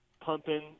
pumping